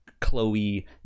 chloe